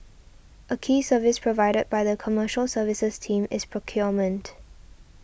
a key service provided by the Commercial Services team is procurement